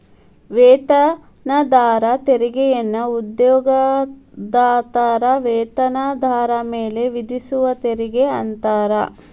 ವೇತನದಾರ ತೆರಿಗೆಯನ್ನ ಉದ್ಯೋಗದಾತರ ವೇತನದಾರ ಮೇಲೆ ವಿಧಿಸುವ ತೆರಿಗೆ ಅಂತಾರ